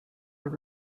your